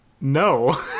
no